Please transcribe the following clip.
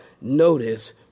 notice